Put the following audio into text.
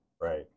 Right